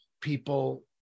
people